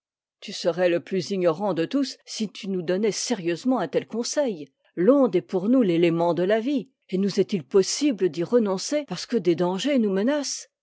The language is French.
tu serais le plus ignorant de tous si tu nous donnais sérieusement un tel conseil l'onde est pour nous l'élément de la vie et nous est if possible d'y renoncer parce que des dangers nous menacent